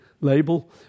label